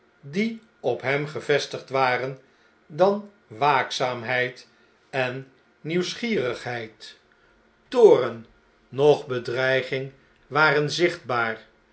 die op hem gevestigd waren dan waakzaamheid en nieuwsgierigheid toorn noch bedreiging waren zichtbaar